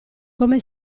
come